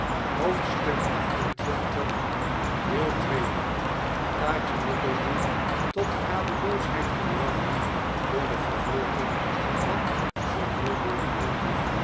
tuk xxviii kaatje nickleby tot radeloosheid gebracht door de vervolging van sir mulberry hawk